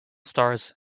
stars